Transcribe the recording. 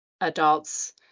adults